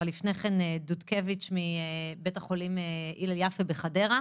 אבל לפני כן דודקביץ' מבית החולים הילל יפה בחדרה.